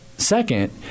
second